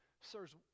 Sirs